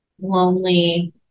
lonely